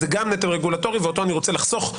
זה גם נטל רגולטורי ואותו אני רוצה לחסוך,